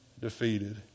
defeated